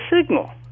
signal